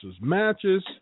matches